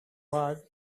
was